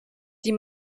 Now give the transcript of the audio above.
die